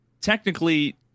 technically